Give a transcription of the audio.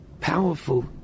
powerful